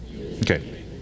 Okay